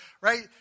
right